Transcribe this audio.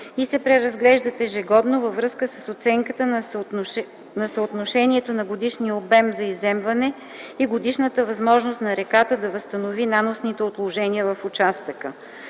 и се преразглеждат ежегодно, във връзка с оценката на съотношението на годишния обем за изземване и годишната възможност на реката да възстанови наносните отложения в участъка.